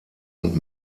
und